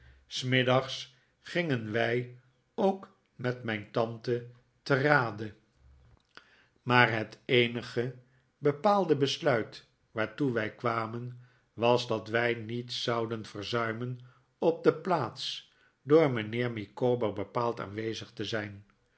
s middags gingen wij ook met mijn tante te rade maar het eenige bepaalde besluit waartoe wij kwamen was dat wij niet zouden verzuimen op de plaats door mijnheer micawber bepaald aanwezig te zijn